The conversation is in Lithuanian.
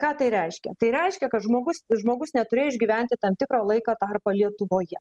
ką tai reiškia tai reiškia kad žmogus žmogus neturėjo išgyventi tam tikrą laiko tarpą lietuvoje